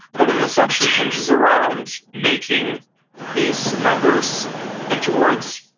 but it essentially hinges around making these numbers into words,